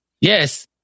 Yes